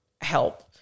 help